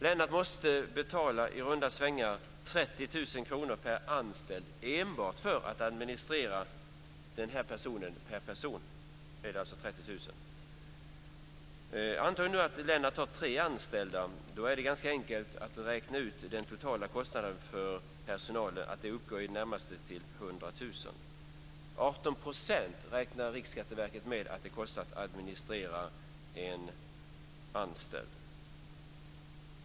Lennart måste betala i runda svängar 30 000 kr per år enbart för att administrera en anställd. Om vi antar att Lennart har tre anställda är det ganska enkelt att räkna ut att den totala kostnaden för administration av personal uppgår till i det närmaste 100 000 kr. Riksskatteverket räknar med att det kostar 18 % att administrera en anställd.